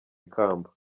ikamba